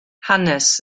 hanes